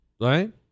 Right